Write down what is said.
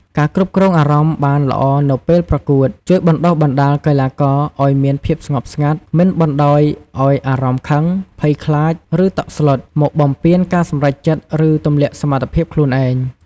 ការគ្រប់គ្រងអារម្មណ៍បានល្អនៅពេលប្រកួត ជួយបណ្ដុះបណ្ដាលកីឡាករឲ្យមានភាពស្ងប់ស្ងាត់ មិនបណ្តោយឲ្យអារម្មណ៍ខឹង ភ័យខ្លាច ឬតក់ស្លុត មកបំពានការសម្រេចចិត្ត ឬទម្លាក់សមត្ថភាពខ្លួនឯង។